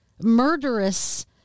murderous